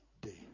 day